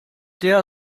der